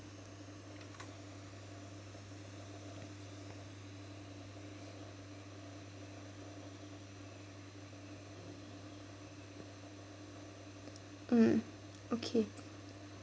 mm okay